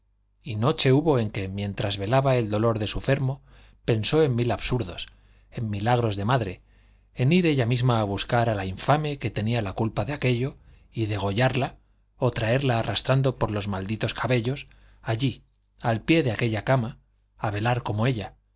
y noche hubo en que mientras velaba el dolor de su fermo pensó en mil absurdos en milagros de madre en ir ella misma a buscar a la infame que tenía la culpa de aquello y degollarla o traerla arrastrando por los malditos cabellos allí al pie de aquella cama a velar como ella